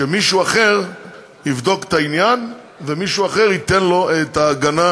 שמישהו אחר יבדוק את העניין ומישהו אחר ייתן לו את ההגנה,